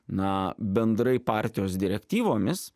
na bendrai partijos direktyvomis